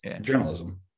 journalism